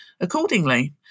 accordingly